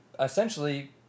essentially